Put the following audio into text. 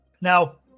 Now